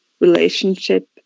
relationship